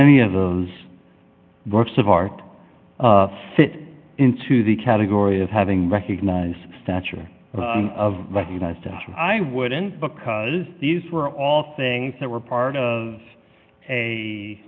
any of the works of art fit into the category of having recognized stature of the united states i wouldn't because these were all things that were part of a